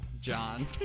John